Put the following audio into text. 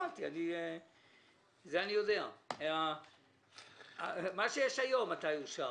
מתי אושר מה שיש היום?